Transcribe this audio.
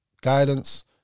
guidance